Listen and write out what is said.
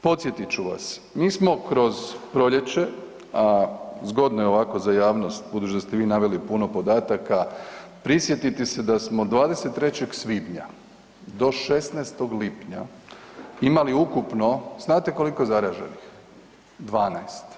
Podsjetit ću vas, mi smo kroz proljeće, a zgodno je ovako za javnost budući da ste vi naveli puno podataka prisjetiti se da smo 23. svibnja do 16. lipnja imali ukupno, znate koliko zaraženih, 12.